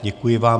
Děkuji vám.